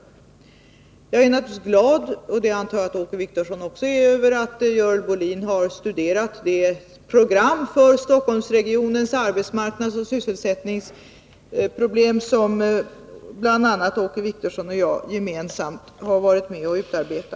Samtidigt vill jag säga att jag naturligtvis är glad över — och det antar jag att också Åke Wictorsson är — att Görel Bohlin har studerat det program för att lösa Stockholmsregionens arbetsmarknadsoch sysselsättningsproblem som bl.a. Åke Wictorsson och jag har varit med om att utarbeta.